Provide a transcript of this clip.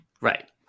Right